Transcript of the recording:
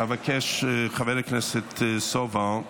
חבר הכנסת סובה,